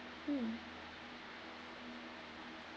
mm